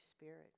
spirit